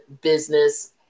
business